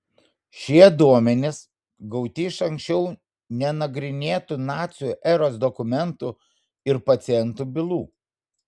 šie duomenys gauti iš anksčiau nenagrinėtų nacių eros dokumentų ir pacientų bylų